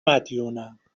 مدیونم